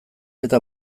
eta